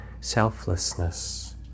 selflessness